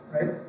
right